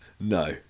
No